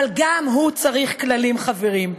אבל גם הוא צריך כללים, חברים.